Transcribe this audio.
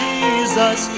Jesus